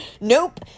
nope